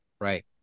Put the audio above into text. Right